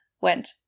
went